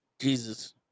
Jesus